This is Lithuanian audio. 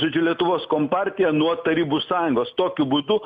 žodžiu lietuvos kompartiją nuo tarybų sąjungos tokiu būdu